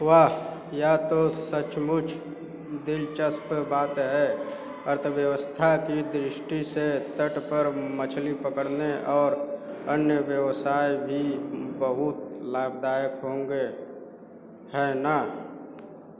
वाह यह तो सचमुच दिलचस्प बात है अर्थव्यवस्था की दृष्टि से तट पर मछली पकड़ने और अन्य व्यवसाय भी बहुत लाभदायक होंगे है ना